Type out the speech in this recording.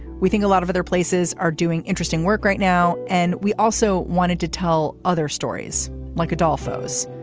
we think a lot of other places are doing interesting work right now. and we also wanted to tell other stories like a dafoe's.